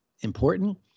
important